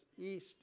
east